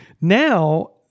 now